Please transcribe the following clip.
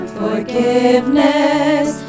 forgiveness